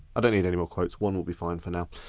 i don't need any more quotes. one will be fine for now.